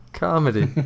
comedy